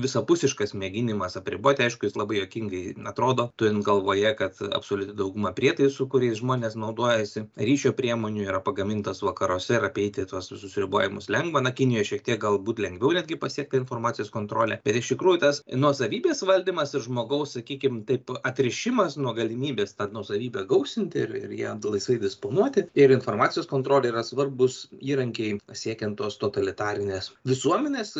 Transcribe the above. visapusiškas mėginimas apriboti aišku jis labai juokingai atrodo turint galvoje kad absoliuti dauguma prietaisų kuriais žmonės naudojasi ryšio priemonių yra pagamintos vakaruose ir apeiti tuos visus ribojimus lengva na kinijoj šiek tiek galbūt lengviau netgi pasiekti informacijos kontrolę bet iš tikrųjų tas nuosavybės valdymas žmogaus sakykim taip atrišimas nuo galimybės tą nuosavybę gausinti ir ir ja laisvai disponuoti ir informacijos kontrolė yra svarbūs įrankiai siekiant tos totalitarinės visuomenės